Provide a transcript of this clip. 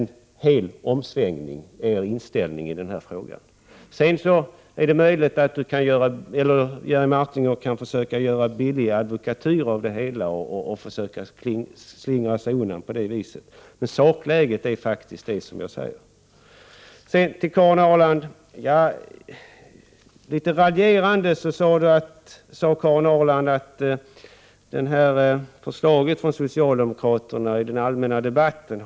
Er inställning i den här frågan innebär en omsvängning. Det är möjligt att Jerry Martinger kan göra billig advokatyr av det hela och på det viset försöka slingra sig undan. Men sakläget är faktiskt så som jag säger. Karin Ahrland sade något raljerande att det socialdemokratiska förslaget har kallats för en tafslag i den allmänna debatten.